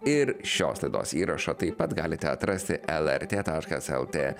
ir šios laidos įrašą taip pat galite atrasti lrt taškas lt